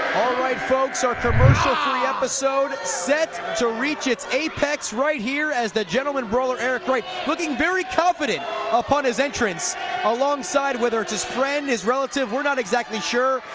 alright folks our commercial free episode set to reach it's apex right here as the gentleman brawler eric right looking very confident upon his entrance alongside whether it's his friend his relative, we're not exactly sure,